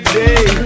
day